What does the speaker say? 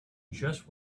just